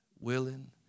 willing